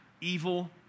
evil